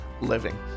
living